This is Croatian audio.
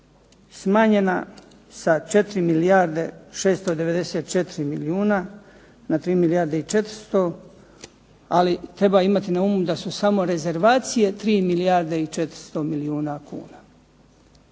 smanjena sa 4 milijarde 694 milijuna na 3 milijarde i 400, ali treba imati na umu da su samo rezervacije 3 milijarde i 400 milijuna kuna.